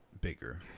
bigger